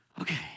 Okay